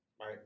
Right